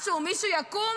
משהו, מישהו יקום?